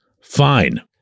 fine